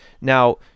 Now